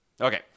Okay